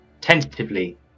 tentatively